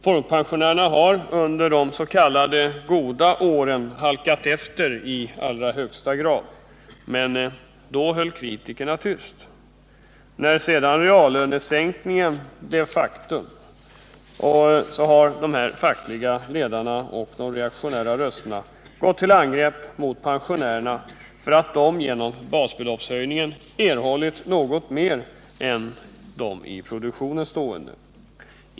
Folkpensionärerna har under de s.k. goda åren halkat efter i allra högsta grad, men då höll kritikerna tyst. När sedan reallönesänkningen blev ett faktum har dessa fackliga ledare gått till angrepp mot pensionärerna för att de genom basbeloppshöjningen erhållit något mer än de i produktionen stående.